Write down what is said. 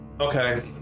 okay